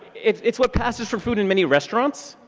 it's it's what passes for food in many restaurants.